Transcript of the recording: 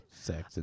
sex